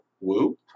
woo